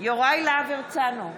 יוראי להב הרצנו,